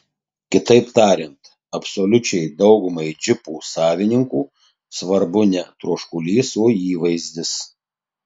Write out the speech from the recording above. kitaip tariant absoliučiai daugumai džipų savininkų svarbu ne troškulys o įvaizdis